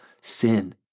sin